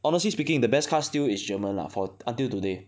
honestly speaking the best cars still is German lah for until today